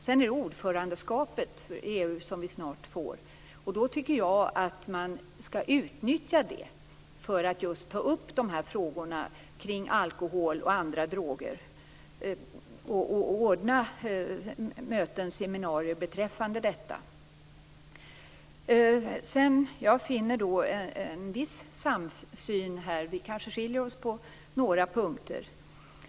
Vi får snart ordförandeskapet i EU, och jag tycker att vi skall utnyttja det för att just ta upp de här frågorna kring alkohol och andra droger och ordna möten och seminarier beträffande detta. Jag finner en viss samsyn, även om vi kanske skiljer oss på några punkter.